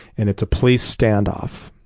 and it's a police stand-off.